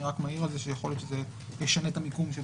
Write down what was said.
יכול להיות שזה ישנה את מיקומו.